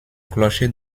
clocher